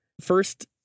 First